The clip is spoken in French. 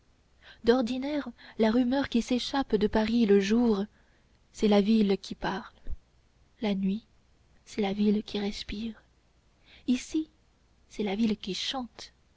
d'ordinaire la rumeur qui s'échappe de paris le jour c'est la ville qui parle la nuit c'est la ville qui respire ici c'est la ville qui chante